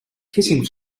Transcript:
kissing